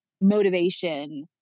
motivation